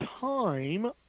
Time